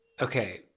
Okay